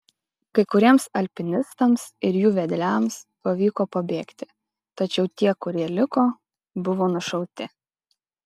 kai kuriems alpinistams ir jų vedliams pavyko pabėgti tačiau tie kurie liko buvo nušauti